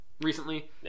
recently